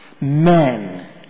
men